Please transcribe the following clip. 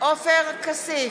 עופר כסיף,